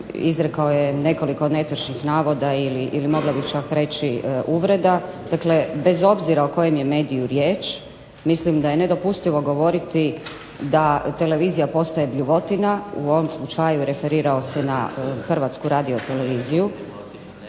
izrekao je nekoliko netočnih navoda ili mogla bih čak reći uvreda. Dakle, bez obzira o kojem je mediju riječ mislim da je nedopustivo govoriti da televizija postaje bljuvotina. U ovom slučaju referirao se na Hrvatsku radioteleviziju.